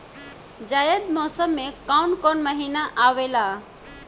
जायद मौसम में काउन काउन महीना आवेला?